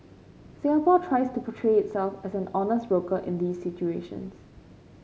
Singapore tries to portray itself as an honest broker in these situations